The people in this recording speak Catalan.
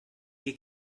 qui